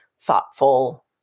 thoughtful